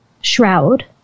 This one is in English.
Shroud